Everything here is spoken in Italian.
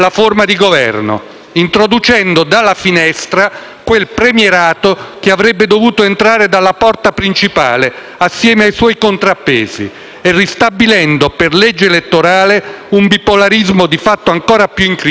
quel premierato che avrebbe dovuto entrare dalla porta principale assieme ai suoi contrappesi, e ristabilendo per legge elettorale un bipolarismo di fatto ancora più in crisi di quanto lo fosse nel 2013.